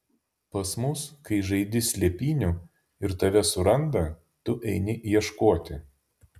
pas mus kai žaidi slėpynių ir tave suranda tu eini ieškoti